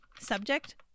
subject